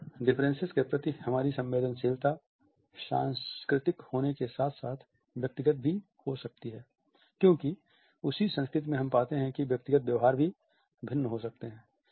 इन differences के प्रति हमारी संवेदनशीलता सांस्कृतिक होने के साथ साथ व्यक्तिगत भी हो सकती है क्योंकि उसी संस्कृति में हम पाते हैं कि व्यक्तिगत व्यवहार भी भिन्न हो सकते हैं